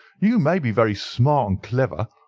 you may be very smart and clever,